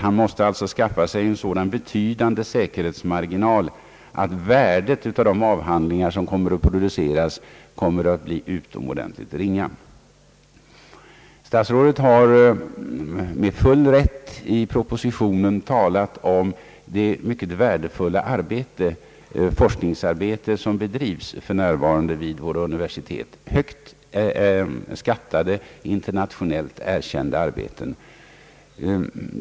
Man måste skaffa sig en så betydande säkerhetsmarginal att värdet av de avhandlingar som kommer att produceras blir utomordentligt ringa. Statsrådet har med full rätt i propositionen talat om det mycket värdefulla forskningsarbete som bedrivs för närvarande vid våra universitet, om alla högt uppskattade och internationellt erkända arbeten.